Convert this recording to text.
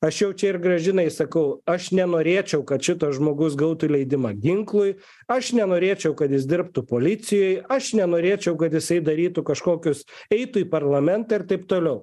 aš jau čia ir gražinai sakau aš nenorėčiau kad šitas žmogus gautų leidimą ginklui aš nenorėčiau kad jis dirbtų policijoj aš nenorėčiau kad jisai darytų kažkokius eitų į parlamentą ir taip toliau